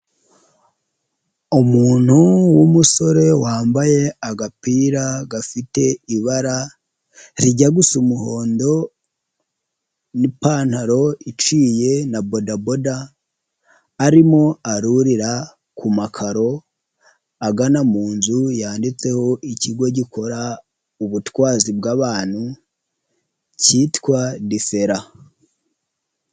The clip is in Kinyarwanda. Umuntu w'umusore wambaye agapira gafite ibara rijya gu gusa umuhondo n'ipantaro iciye na bodaboda, arimo arurira ku makaro agana mu nzu, yanditseho ikigo gikora ubutwazi bw'abantu cyitwa difera.